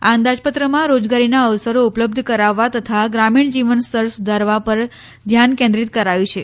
આ અંદાજપત્રમાં રોજગારીના અવસરો ઉપલબ્ધ કરાવવા તથા ગ્રામીણ જીવન સ્તર સુધારવા પર ધ્યાન કેન્દ્રીત કરાયું છે